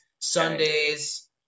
Sundays